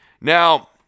Now